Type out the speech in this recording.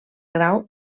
grau